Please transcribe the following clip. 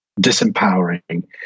disempowering